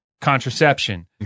contraception